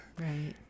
Right